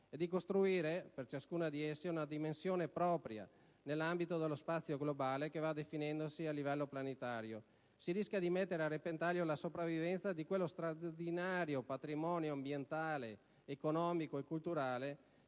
e di costruire, per ciascuna di esse, una dimensione propria nell'ambito dello spazio globale che va definendosi a livello planetario. Diversamente, si rischia di mettere a repentaglio la sopravvivenza di quello straordinario patrimonio ambientale, economico e culturale